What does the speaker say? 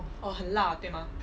oh 很辣对吗